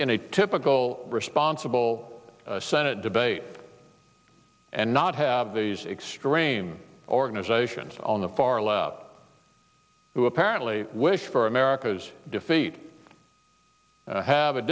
in a typical responsible senate debate and not have these extreme organizations on the far left who apparently wish for america's defeat have a